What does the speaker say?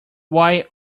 why